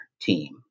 team